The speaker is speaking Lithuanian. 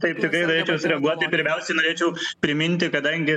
taip tikrai reikia sureaguoti pirmiausiai norėčiau priminti kadangi